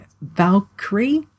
Valkyrie